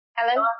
Helen